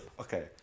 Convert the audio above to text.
Okay